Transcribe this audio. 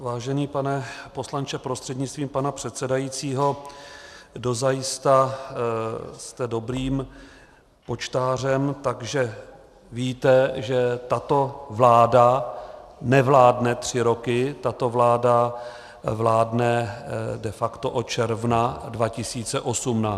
Vážený pane poslanče prostřednictvím pana předsedajícího, dozajista jste dobrým počtářem, takže víte, že tato vláda nevládne tři roky, tato vláda vládne de facto od června 2018.